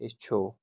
ہیٚچھِو